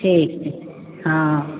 ठीक छै हँ